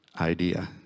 idea